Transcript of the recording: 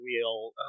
wheel